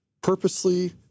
purposely